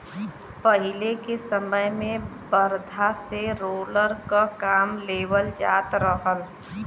पहिले के समय में बरधा से रोलर क काम लेवल जात रहल